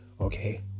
okay